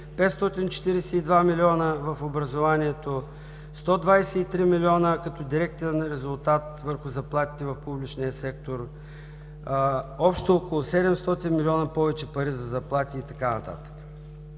542 милиона в образованието, 123 милиона като директен резултат върху заплатите в публичния сектор, общо около 700 милиона повече пари за заплати и така нататък.